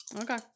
okay